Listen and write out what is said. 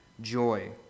joy